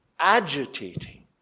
agitating